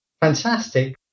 fantastic